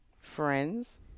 friends